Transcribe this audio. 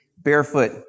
Barefoot